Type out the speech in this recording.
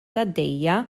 għaddejja